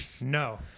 no